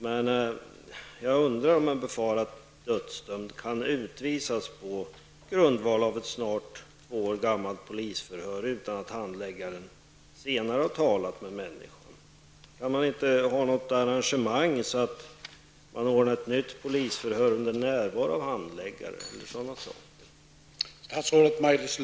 Men jag undrar om en person som befaras vara dödsdömd kan utvisas på grundval av ett polisförhör som hölls för snart två år sedan utan att handläggaren efter detta har talat med personen i fråga. Kan man inte ordna så, att det blir ett nytt polisförhör varvid en handläggare är närvarande t.ex.?